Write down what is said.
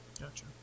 Gotcha